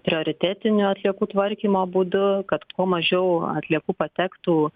prioritetinių atliekų tvarkymo būdu kad kuo mažiau atliekų patektų